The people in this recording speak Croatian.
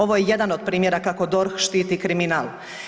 Ovo je jedan od primjera kako DORH štiti kriminal.